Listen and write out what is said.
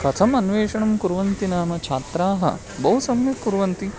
कथम् अन्वेषणं कुर्वन्ति नाम छात्राः बहु सम्यक् कुर्वन्ति